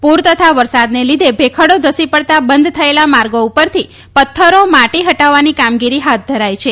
પૂર તથા વરસાદના લીધે ભેખડો ધસી પડતા બંધ થયેલા માર્ગો પરથી પથ્થરો માટી હટાવવાની કામગીરી હાથ ધરાઈ છે